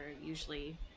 usually